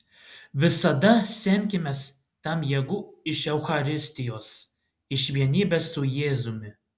visada semkimės tam jėgų iš eucharistijos iš vienybės su jėzumi